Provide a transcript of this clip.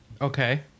Okay